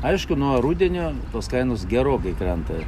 aišku nuo rudenio tos kainos gerokai krenta